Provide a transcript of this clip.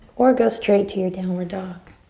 or go straight to your downward dog.